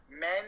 men